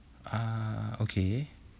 uh okay